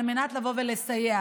על מנת לבוא ולסייע.